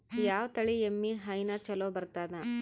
ಯಾವ ತಳಿ ಎಮ್ಮಿ ಹೈನ ಚಲೋ ಬರ್ತದ?